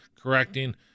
correcting